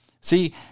See